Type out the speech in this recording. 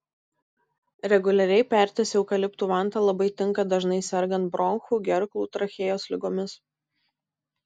reguliariai pertis eukaliptų vanta labai tinka dažnai sergant bronchų gerklų trachėjos ligomis